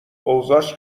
اوضاش